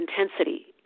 intensity